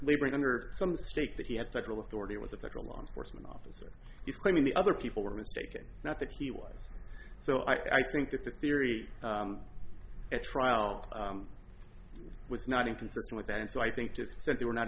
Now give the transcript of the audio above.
laboring under some state that he had federal authority it was a federal law enforcement officer he's claiming the other people were mistaken not that he was so i think that the theory at trial was not inconsistent with that and so i think that said they were not